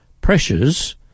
Pressures